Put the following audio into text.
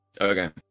Okay